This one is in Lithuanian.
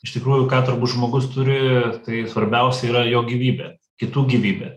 iš tikrųjų ką turbūt žmogus turi tai svarbiausia yra jo gyvybė kitų gyvybė